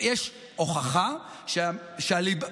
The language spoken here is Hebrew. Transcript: יש הוכחה שהליבה,